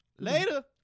Later